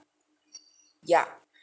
ya